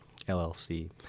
LLC